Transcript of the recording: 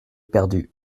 perdue